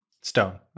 Stone